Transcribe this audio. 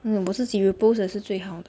我们自己 repost 的是最好